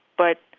but